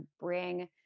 bring